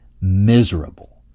miserable